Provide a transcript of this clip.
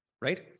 right